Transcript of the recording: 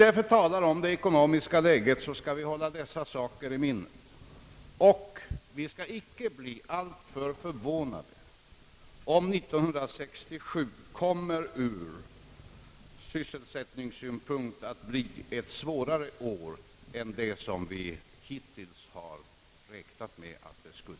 När vi talar om det ekonomiska läget skall vi hålla dessa saker i minnet och inte bli alltför förvånade om 1967 ur sysselsättningssynpunkt blir ett svårare år än vad vi hittills räknat med. Här kommer den svenska arbetsmarknadspolitiken in i bilden.